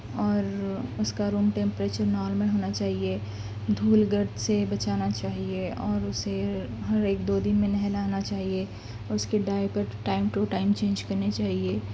اور اس کا روم ٹمپریچر نارمل ہونا چاہیے دھول گرد سے بچانا چاہیے اور اسے ہر ایک دو دن میں نہلانا چاہیے اور اس کے diaper time to time change کرنے چاہیے